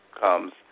comes